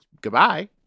Goodbye